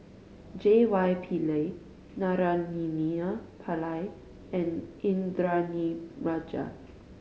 J Y Pillay Naraina Pillai and Indranee Rajah